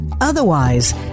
Otherwise